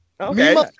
Okay